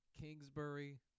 Kingsbury